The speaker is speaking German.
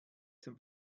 zum